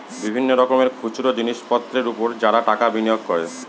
বিভিন্ন রকমের খুচরো জিনিসপত্রের উপর যারা টাকা বিনিয়োগ করে